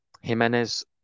Jimenez